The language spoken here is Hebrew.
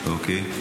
אוקיי.